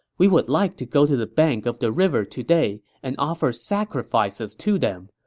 we would like to go to the bank of the river today and offer sacrifices to them,